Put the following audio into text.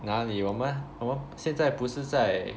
哪里我们现在不是在